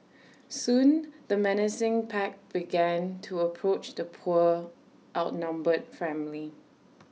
soon the menacing pack began to approach the poor outnumbered family